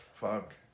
Fuck